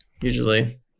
usually